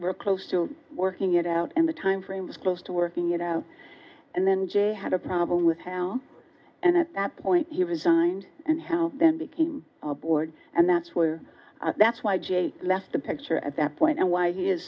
very close to working it out and the time frame was close to working it out and then jay had a problem with how and at that point he resigned and how then became our board and that's where that's why jay left the picture at that point and why he is